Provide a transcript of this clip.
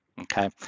Okay